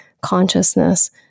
consciousness